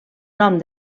nom